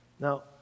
Now